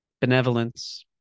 benevolence